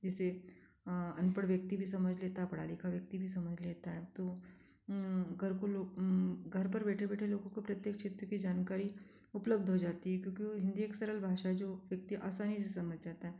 इसे अनपढ़ व्यक्ति भी समझ लेता पढ़ा लिखा व्यक्ति भी समझ लेता गर्भ लोग घर पर बैठे बैठे लोगों को प्रत्येक क्षेत्र की जानकारी उपलब्ध हो जाती क्योंकि हिंदी सरल भाषा है जो व्यक्ति आसानी से समझ जाता हैं